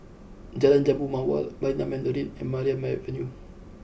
Jalan Jambu Mawar Marina Mandarin and Maria Avenue